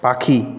পাখি